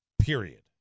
Period